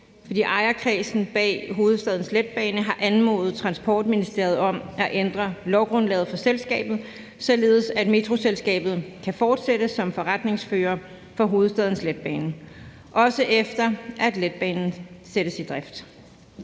ejerkredsen bag Hovedstadens Letbane har anmodet Transportministeriet om at ændre lovgrundlaget for selskabet, således at Metroselskabet kan fortsætte som forretningsfører for Hovedstadens Letbane, også efter at letbanen sættes i drift.